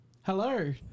Hello